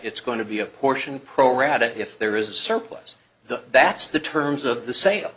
it's going to be a portion pro rata if there is a surplus the that's the terms of the sale